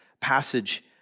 passage